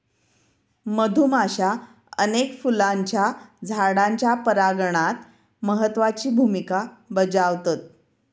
मधुमाश्या अनेक फुलांच्या झाडांच्या परागणात महत्त्वाची भुमिका बजावतत